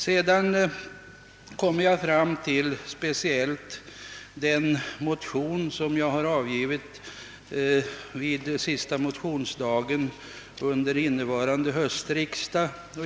Härefter kommer jag till den motion som jag väckte sista motionsdagen vid början av innevarande höstriksdag.